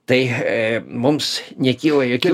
tai mums nekyla jokių